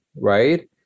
right